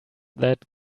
that